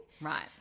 right